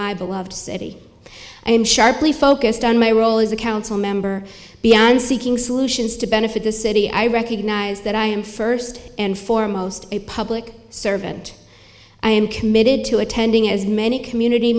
beloved city i am sharply focused on my role as a council member beyond seeking solutions to benefit the city i recognize that i am first and foremost a public servant i am committed to attending as many community